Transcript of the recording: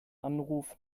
anruf